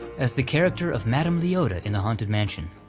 as the character of madame leota in the haunted mansion,